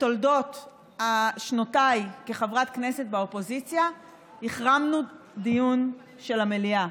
בתולדות שנותיי כחברת כנסת באופוזיציה החרמנו דיון של המליאה.